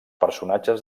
personatges